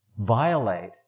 violate